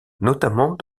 notamment